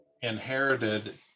inherited